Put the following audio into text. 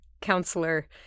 counselor